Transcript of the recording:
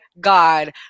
god